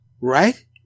Right